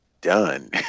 done